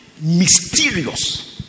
Mysterious